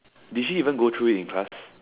did she even go through it in class